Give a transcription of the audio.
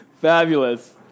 fabulous